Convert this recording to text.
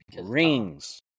Rings